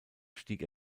stieg